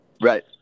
right